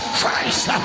Christ